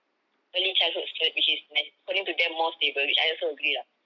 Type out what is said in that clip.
early childhood cert which is my according to them more stable which I also agree lah